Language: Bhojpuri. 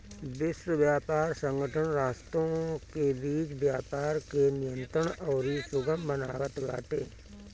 विश्व व्यापार संगठन राष्ट्रों के बीच व्यापार के नियंत्रित अउरी सुगम बनावत बाटे